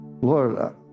Lord